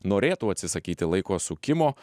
norėtų atsisakyti laiko sukimo